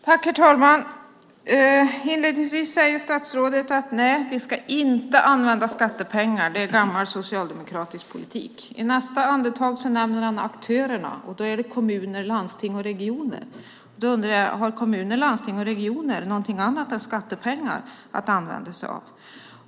Herr talman! Inledningsvis säger statsrådet att vi inte ska använda skattepengar, att det är gammal socialdemokratisk politik. I nästa andetag nämner han aktörerna - kommuner, landsting och regioner. Därför undrar jag: Har kommuner, landsting och regioner någonting annat än skattepengar att använda sig av?